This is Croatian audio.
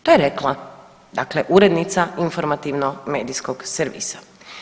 To je rekla dakle urednica informativno-medijskog servisa.